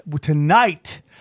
Tonight